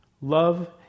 Love